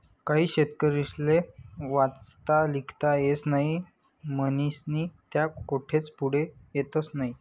काही शेतकरीस्ले वाचता लिखता येस नही म्हनीस्नी त्या कोठेच पुढे येतस नही